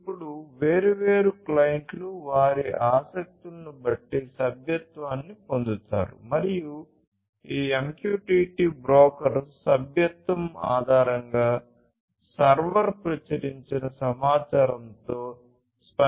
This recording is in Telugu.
ఇప్పుడు వేర్వేరు క్లయింట్లు వారి ఆసక్తులను బట్టి సభ్యత్వాన్ని పొందుతారు మరియు ఈ MQTT బ్రోకర్ సభ్యత్వం ఆధారంగా సర్వర్ ప్రచురించిన సమాచారంతో స్పందించబోతోంది